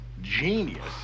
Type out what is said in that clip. genius